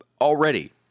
already